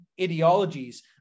ideologies